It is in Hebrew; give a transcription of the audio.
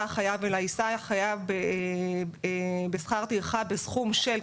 החייב אלא יישא החייב בשכר טרחה בסכום של,